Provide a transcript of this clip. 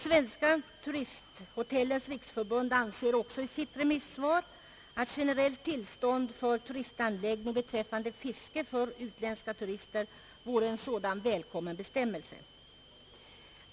Svenska turisthotellens riksförbund anser också i sitt remissvar att generellt tillstånd för turistanläggning beträffande fiske för utländska turister vore en sådan välkommen bestämmelse.